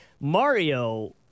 Mario